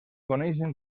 coneixen